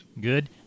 Good